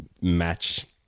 match